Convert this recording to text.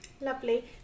Lovely